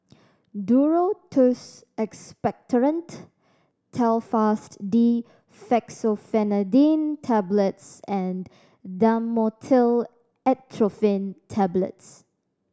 Duro Tuss Expectorant Telfast D Fexofenadine Tablets and Dhamotil Atropine Tablets